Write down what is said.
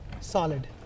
solid